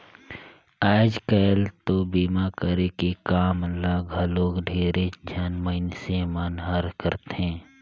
आयज कायल तो बीमा करे के काम ल घलो ढेरेच झन मइनसे मन हर करथे